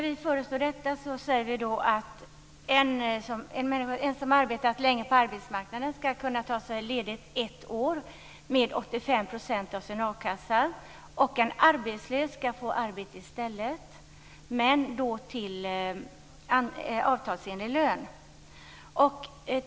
Vi föreslår detta och säger att den som har arbetat länge på arbetsmarknaden skall kunna ta ledigt ett år med 85 % av sin a-kassa och att en arbetslös skall få arbete i stället men då till avtalsenlig lön.